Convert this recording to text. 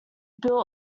built